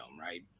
Right